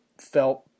felt